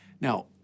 Now